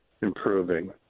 improving